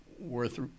worth